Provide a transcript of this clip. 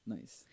Nice